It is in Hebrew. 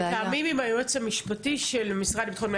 מתאמים עם היועץ המשפטי של המשרד לביטחון הפנים.